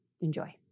Enjoy